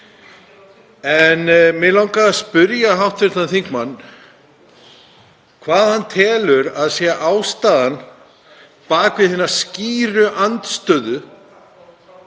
En mig langar að spyrja hv. þingmann hvað hann telur að sé ástæðan bak við hina skýru andstöðu